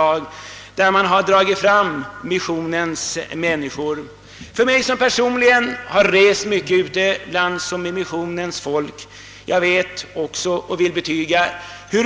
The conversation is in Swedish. Jag har själv rest en hel del bland missionens folk och vill betyga hur